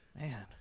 Man